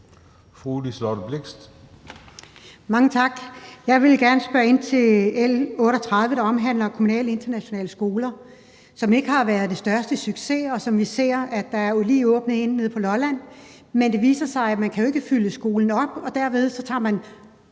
Mange tak. Jeg vil gerne spørge ind til L 38, der omhandler kommunale internationale skoler, som ikke har været de største succeser. Der er lige åbnet en nede på Lolland, men det viser sig, at man ikke kan fylde skolen op, og derfor tager man